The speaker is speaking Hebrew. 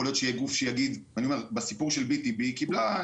יכול להיות שיהיה גוף שיגיד בסיפור של BTB היא קיבלה,